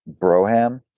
Broham